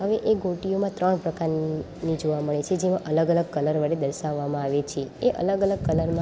હવે એ ગોટીઓમાં ત્રણ પ્રકારની જોવા મળે છે જેમાં અલગ અલગ કલર વડે દર્શાવવામાં આવે છે એ અલગ અલગ કલરમાં